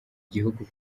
gihugu